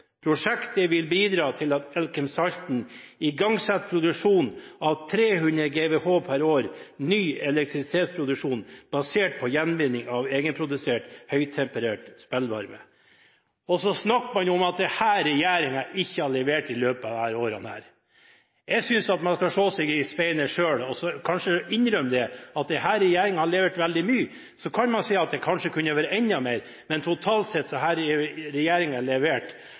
per år, ny elektrisitetsproduksjon basert på gjenvinning av egenprodusert høytemperert spillvarme. Så snakker man om at denne regjeringen ikke har levert i løpet av disse årene! Jeg synes at man skal se seg selv i speilet og kanskje innrømme at denne regjeringen har levert veldig mye. Så kan man si at det kanskje kunne vært enda mer, men totalt sett har denne regjeringen levert.